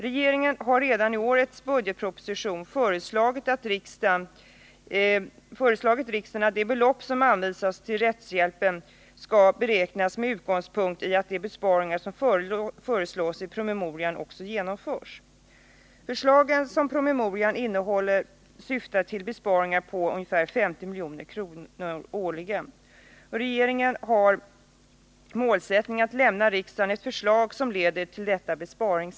Regeringen har redan i årets budgetproposition föreslagit riksdagen att det belopp som anvisas till rättshjälpen skall beräknas med utgångspunkt i att de besparingar som föreslås i promemorian också genomförs. De förslag som promemorian innehåller syftar till besparingar på ungefär 50 milj.kr. årligen. Regeringen har målsättningen att lämna riksdagen ett förslag som leder till denna besparing.